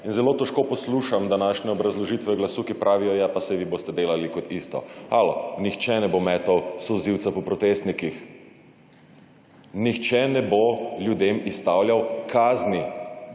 Zelo težko poslušam današnje obrazložitve glasu, ki pravijo, ja, pa saj vi boste delali isto. Halo?! Nihče ne bo metal solzivca po protestnikih. Nihče ne bo ljudem izstavljal kazni